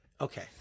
Okay